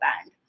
band